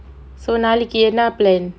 so நாளைக்கு என்னா:nalaikku ennaa plan